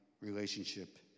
relationship